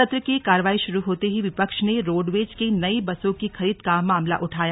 सत्र की कार्यवाही शुरू होते ही विपक्ष ने रोडवेज की नई बसों की खरीद का मामला उठाया